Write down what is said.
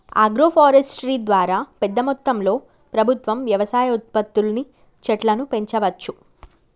agro forestry ద్వారా పెద్ద మొత్తంలో ప్రభుత్వం వ్యవసాయ ఉత్పత్తుల్ని చెట్లను పెంచవచ్చు